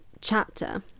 chapter